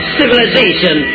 civilization